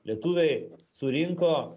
lietuviai surinko